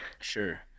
Sure